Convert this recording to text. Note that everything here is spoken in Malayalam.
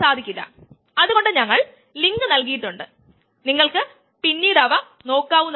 സബ്സ്ട്രേറ്റ് റിയാക്ട് ചെയ്തു ഉൽപ്പന്നം നൽകുന്നു